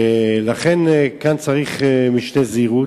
לכן כאן צריך משנה זהירות.